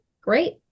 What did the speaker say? Great